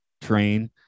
train